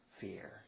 fear